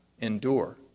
endure